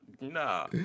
nah